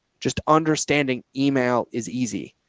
just understanding email is easy.